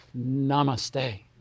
Namaste